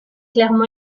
clairement